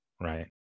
right